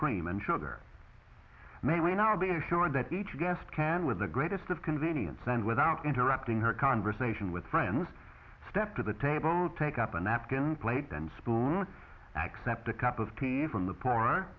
cream and sugar may or may not be assured that each guest can with the greatest of convenience and without interrupting her conversation with friends step to the table take up a napkin plate then spoon accept a cup of tea from the po